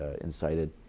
incited